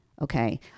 Okay